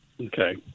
Okay